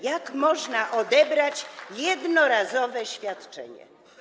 Jak można odebrać jednorazowe świadczenie?